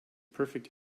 perfect